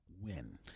win